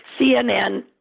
CNN